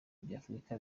by’afurika